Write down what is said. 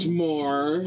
more